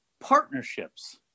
partnerships